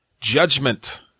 Judgment